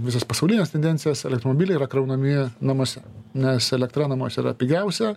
visas pasaulines tendencijas elektromobiliai yra kraunami namuose nes elektra namuose yra pigiausia